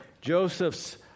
Joseph's